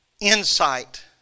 insight